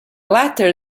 latter